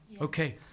Okay